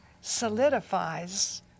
solidifies